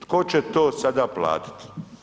Tko će to sada platiti?